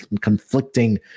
conflicting